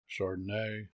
Chardonnay